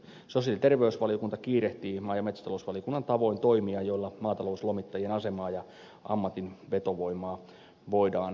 sosiaali ja terveysvaliokunta kiirehtii maa ja metsätalousvaliokunnan tavoin toimia joilla maatalouslomittajien asemaa ja ammatin vetovoimaa voidaan vahvistaa